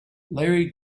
larry